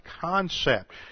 concept